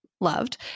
loved